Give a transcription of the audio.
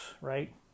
right